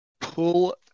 pull